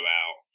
out